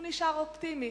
הוא נשאר אופטימי,